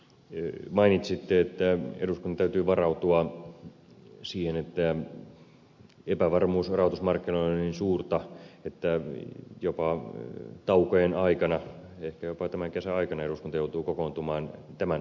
mainitsitte että eduskunnan täytyy varautua siihen että epävarmuus rahoitusmarkkinoilla on niin suurta että jopa taukojen aikana ehkä jopa tämän kesän aikana eduskunta joutuu kokoontumaan tämän asian tiimoilta